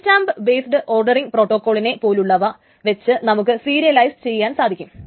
timestamp based ordering പ്രോട്ടോകോളിനെ പോലെയുള്ളവ വച്ച് നമുക്ക് സീരിയലൈസ് ചെയ്യുവാൻ സാധിക്കും